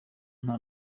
nta